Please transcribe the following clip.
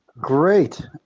Great